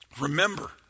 Remember